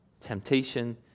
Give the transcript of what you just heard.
temptation